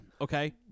Okay